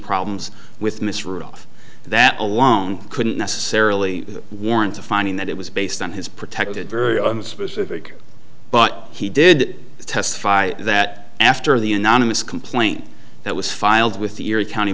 problems with mr rudolph that alone couldn't necessarily warrant a finding that it was based on his protected very specific but he did testify that after the anonymous complaint that was filed with the erie county